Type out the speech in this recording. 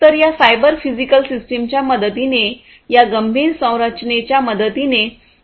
तर या cyber physical सिस्टमच्या मदतीने या गंभीर संरचनेच्या मदतीने हे सर्व समर्थित केले जाईल